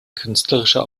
künstlerischer